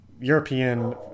European